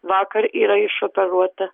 vakar yra išoperuota